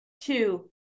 Two